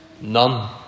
None